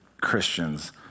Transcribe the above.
Christians